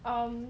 um